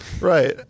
Right